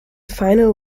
final